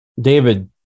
david